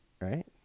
right